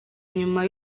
nyuma